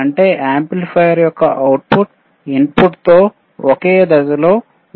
అంటే యాంప్లిఫైయర్ యొక్క output input తో ఒకే దశలో ఉంటుంది